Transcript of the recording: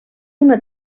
una